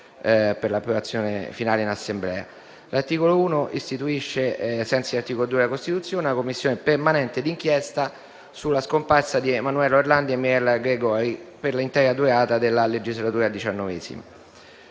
per l'approvazione finale in Aula. L'articolo 1 istituisce, ai sensi dell'articolo 82 della Costituzione, la Commissione parlamentare di inchiesta sulla scomparsa di Emanuela Orlandi e Mirella Gregori, per l'intera durata della XIX legislatura.